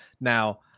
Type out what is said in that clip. Now